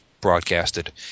broadcasted